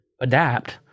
adapt